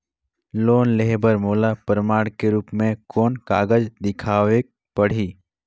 Loan लेहे बर मोला प्रमाण के रूप में कोन कागज दिखावेक पड़ही?